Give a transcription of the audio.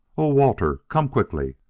oh, walter, come quickly!